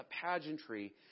pageantry